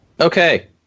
Okay